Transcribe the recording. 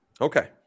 Okay